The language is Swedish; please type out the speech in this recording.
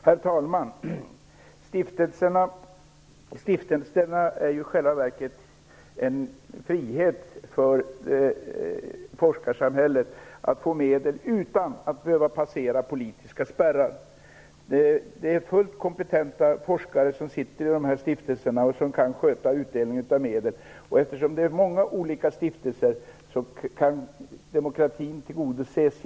Herr talman! Stiftelserna ger i själva verket en frihet för forskarsamhället att få medel utan att behöva passera politiska spärrar. Det är fullt kompetenta forskare som sitter i stiftelserna och kan sköta utdelningen av medel. Eftersom det är många olika stiftelser kan demokratin tillgodoses.